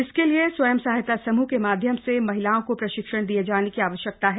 इसके लिए स्वयं सहायता समूह के माध्यम से महिलाओं को प्रशिक्षण दिये जाने की आवश्यकता है